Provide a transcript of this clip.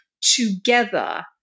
together